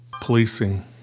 policing